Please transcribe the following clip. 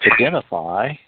identify